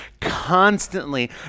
constantly